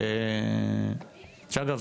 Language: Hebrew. אגב,